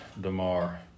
Damar